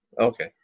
Okay